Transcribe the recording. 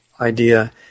idea